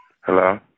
Hello